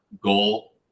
goal